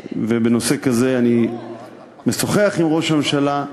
ובנושא כזה אני משוחח עם ראש הממשלה,